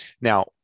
Now